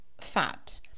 fat